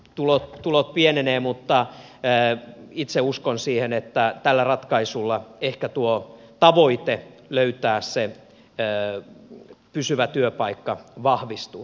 tulot pienenevät mutta itse uskon siihen että tällä ratkaisulla ehkä tuo tavoite löytää se pysyvä työpaikka vahvistuu